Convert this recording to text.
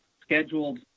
scheduled